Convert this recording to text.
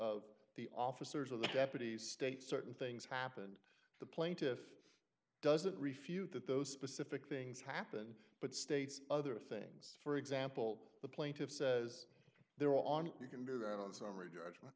of the officers of the deputy state certain things happened the plaintiff doesn't refute that those specific things happen but states other things for example the plaintiff says they're on you can do that on summary judgment